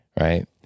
right